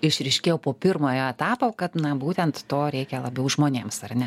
išryškėjo po pirmojo etapo kad na būtent to reikia labiau žmonėms ar ne